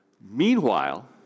Meanwhile